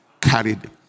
carried